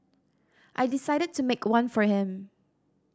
I decided to make one for him